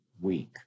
week